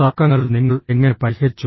തർക്കങ്ങൾ നിങ്ങൾ എങ്ങനെ പരിഹരിച്ചു